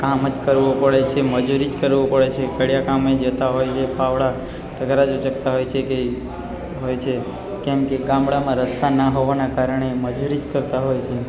કામ જ કરવું પડે છે મજુરી જ કરવી પડે છે કડિયા કામે જતા હોઈએ પાવડા તગારા જ ઊંચકતા હોઈએ છીએ કેમ કે ગામડામાં રસ્તા ના હોવાના કારણે મજુરી જ કરતા હોય છે